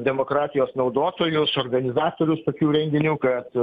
demokratijos naudotojus organizatorius tokių renginių kad